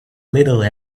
little